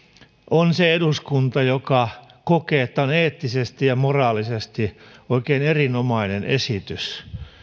on se eduskunta joka kokee että tämä on eettisesti ja moraalisesti oikein erinomainen esitys